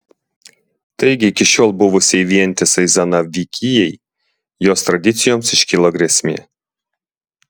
taigi iki šiol buvusiai vientisai zanavykijai jos tradicijoms iškilo grėsmė